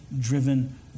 driven